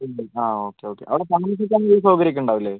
ഉം ആ okay okay അവിടെ താമസിക്കാൻ ഉള്ള സൗകര്യം ഒക്കെ ഉണ്ടാവില്ലേ